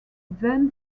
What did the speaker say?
then